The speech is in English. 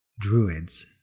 Druids